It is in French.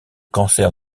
cancer